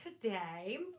today